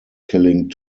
killing